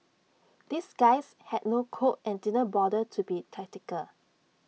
these guys had no code and didn't bother to be tactical